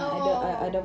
oh oh